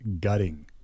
gutting